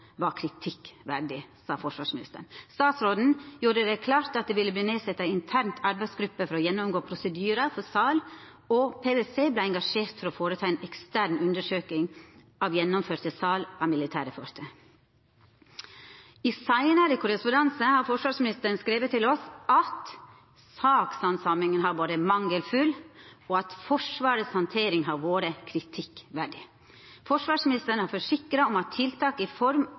var kritikkverdig, sa forsvarsministeren. Statsråden gjorde det klart at det ville verta sett ned ei intern arbeidsgruppe for å gjennomgå prosedyrar for sal, og PwC vart engasjert for å gjera ei ekstern undersøking av gjennomførte sal av militære fartøy. I seinare korrespondanse har forsvarsministeren skrive til oss at sakshandsaminga har vore mangelfull, og at Forsvaret si handtering har vore kritikkverdig. Forsvarsministeren har forsikra om at tiltak i form